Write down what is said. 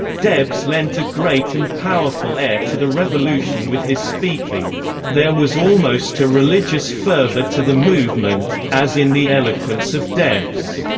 debs lent a great and powerful air to the revolution with his speaking there was almost a religious fervor to the movement, as in the eloquence of debs